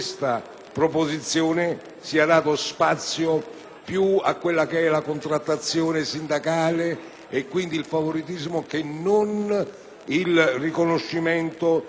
più alla contrattazione sindacale (e quindi al favoritismo) che non al riconoscimento del merito di ciascun dipendente.